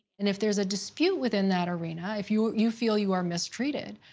and if there's a dispute within that arena, if you you feel you are mistreated,